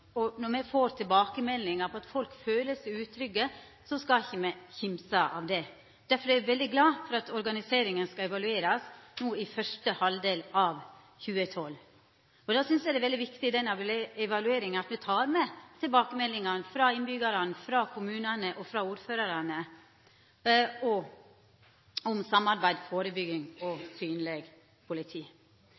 Når me får tilbakemeldingar om at folk føler seg utrygge, skal me ikkje kimsa av det. Derfor er eg veldig glad for at omorganiseringa skal evaluerast i første halvdel av 2012. Da synest eg det er veldig viktig at me i denne evalueringa tek med tilbakemeldingane frå innbyggjarane, frå kommunane og frå ordførarane om samarbeid, førebygging og synleg politi.